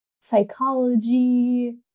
psychology